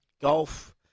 golf